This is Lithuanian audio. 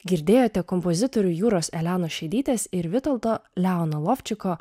girdėjote kompozitorių jūros elenos šedytės ir vitoldo leono lovčiko